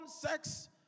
sex